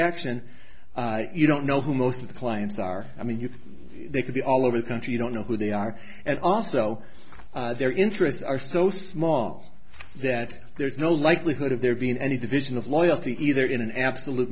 action you don't know who most of the clients are i mean you could be all over the country you don't know who they are and also their interests are so small that there's no likelihood of there being any division of loyalty either in an absolute